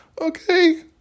okay